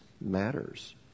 matters